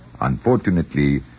Unfortunately